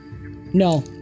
No